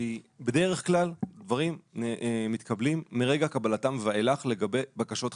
בדרך כלל דברים מתקבלים מרגע קבלתם ואילך לגבי בקשות חדשות.